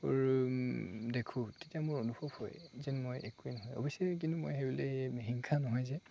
ছবিবোৰ দেখোঁ তেতিয়া মোৰ অনুভৱ হয় যেন মই একোৱেই নহয় অৱশ্যে কিন্তু মই সেইবুলি হিংসা নহয় যে